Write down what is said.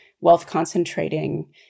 wealth-concentrating